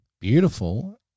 Beautiful